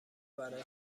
برا